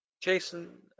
Jason